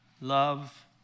love